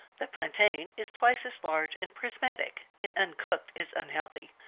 the plantain is twice as large and prismatic, and uncooked is unhealthy.